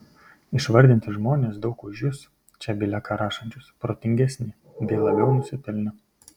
išvardinti žmonės daug už jus čia bile ką rašančius protingesni bei labiau nusipelnę